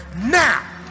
now